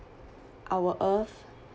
our earth